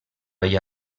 rei